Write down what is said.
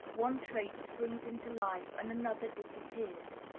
one trait springs into life and another disappears.